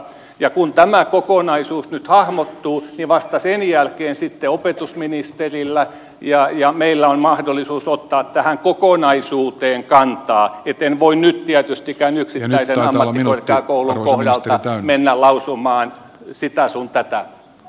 ja kun tämä kokonaisuus nyt hahmottuu niin vasta sen jälkeen sitten opetusministerillä ja meillä on mahdollisuus ottaa tähän kokonaisuuteen kantaa joten en voi nyt tietystikään yksittäisen ammattikorkeakoulun kohdalta mennä lausumaan sitä sun tätä